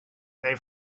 they